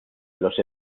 los